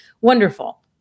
Wonderful